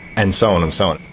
and so on and so on.